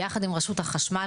ביחד עם רשות החשמל,